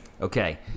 Okay